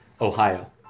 Ohio